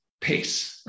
pace